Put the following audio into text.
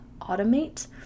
automate